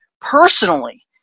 personally